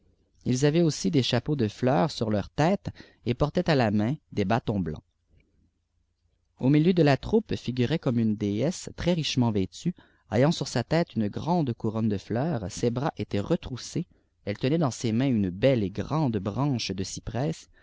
ils avaient aussi des chapeaux de fleurs sur leurs têtes et portaient à la main des bâtons blancs au milieu de la troupe figurait comme une déesse très richement vêtue ayant âur sa tête une grande couronne de fleurs ses bras étaient retroussés elle tenait dans ses mains une belle et grande branche de cyprès